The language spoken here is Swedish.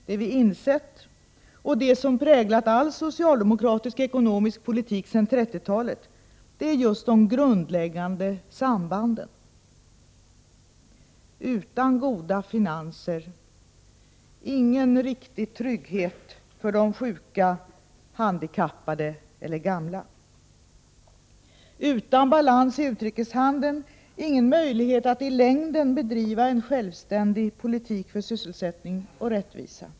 Det vi insett, och det som präglat all socialdemokratisk ekonomisk politik sedan 30-talet, det är just de grundläggande sambanden: Utan goda finanser —- ingen riktig trygghet för de sjuka, handikappade eller gamla. Utan balans i utrikeshandeln — ingen möjlighet att i längden bedriva en självständig politik för sysselsättning och rättvisa.